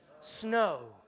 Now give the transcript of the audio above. snow